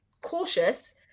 cautious